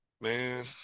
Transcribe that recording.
man